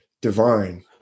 divine